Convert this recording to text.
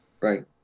right